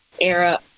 era